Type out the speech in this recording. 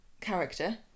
character